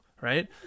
right